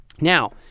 Now